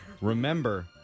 remember